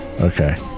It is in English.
Okay